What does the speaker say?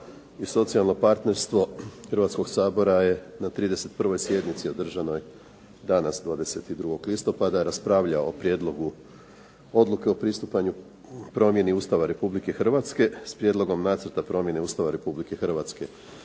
i socijalno partnerstvo Hrvatskog sabora je na 31. sjednici održanoj danas 22. listopada raspravljao o Prijedlogu odluke o pristupanju promjeni Ustava Republike Hrvatske s Prijedlogom nacrta promjene Ustava Republike Hrvatske